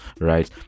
right